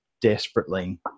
desperately